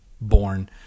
born